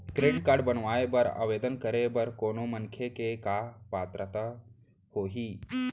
Credit card बनवाए बर आवेदन करे बर कोनो मनखे के का पात्रता होही?